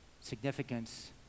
Significance